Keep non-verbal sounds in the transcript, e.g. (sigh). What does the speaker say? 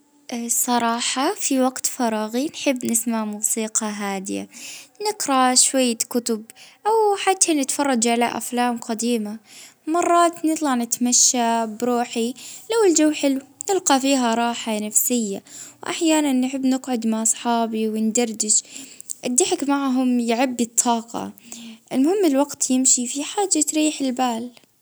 نحب نسمع الموسيقى أو نجرا كتب أو نراجع في حاجة جديدة تفيدني في دراستى، (hesitation) مرات نطلع نتمشى باش نغير جو.